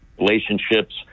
relationships